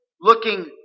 looking